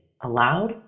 allowed